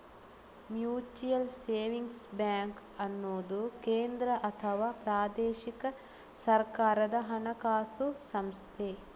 mutual savings bank ಅನ್ನುದು ಕೇಂದ್ರ ಅಥವಾ ಪ್ರಾದೇಶಿಕ ಸರ್ಕಾರದ ಹಣಕಾಸು ಸಂಸ್ಥೆ